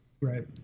Right